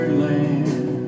land